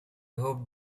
hoped